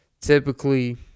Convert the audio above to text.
Typically